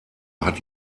hat